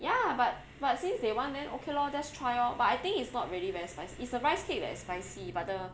ya but but since they want then okay lor just try orh but I think is not really very spicy is rice cake that's spicy but the